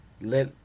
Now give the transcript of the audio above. let